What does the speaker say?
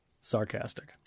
sarcastic